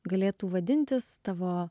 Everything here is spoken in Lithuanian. galėtų vadintis tavo